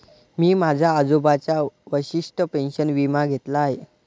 मी माझ्या आजोबांचा वशिष्ठ पेन्शन विमा घेतला आहे